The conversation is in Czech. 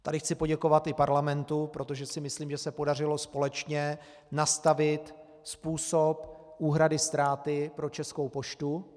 Tady chci poděkovat i parlamentu, protože si myslím, že se podařilo společně nastavit způsob úhrady ztráty pro Českou poštu.